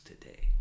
today